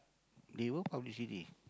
they will publicity